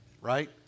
Right